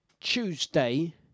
Tuesday